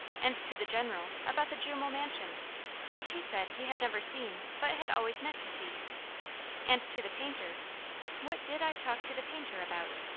and to the general about the jumel mansion which he said he had never seen but had always meant to see and to the painter what did i talk to the painter about?